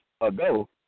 ago